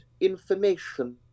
information